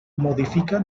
modifica